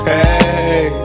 Hey